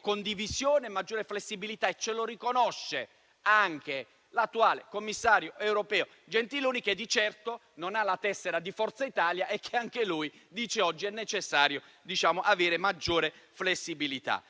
condivisione e maggiore flessibilità, come riconosciuto anche dall'attuale commissario europeo Gentiloni, che di certo non ha la tessera di Forza Italia e che a sua volta afferma oggi la necessità di una maggiore flessibilità.